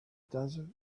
desert